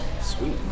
Sweet